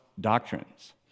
doctrines